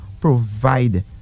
provide